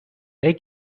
they